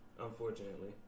Unfortunately